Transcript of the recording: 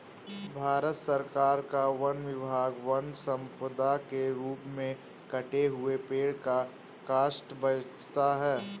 भारत सरकार का वन विभाग वन सम्पदा के रूप में कटे हुए पेड़ का काष्ठ बेचता है